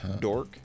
dork